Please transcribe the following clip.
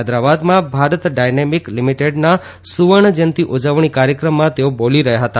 હૈદરાબાદમાં ભારત ડાયનેમિક લીમીટેડના સુવર્ણજયંતિ ઉજવણી કાર્યક્રમમાં તેઓ બોલી રહ્યા હતા